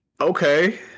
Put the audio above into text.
Okay